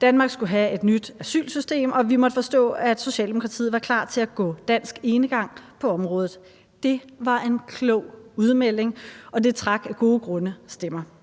Danmark skulle have et nyt asylsystem, og vi måtte forstå, at Socialdemokratiet var klar til at gå dansk enegang på området. Det var en klog udmelding, og det trak af gode grunde stemmer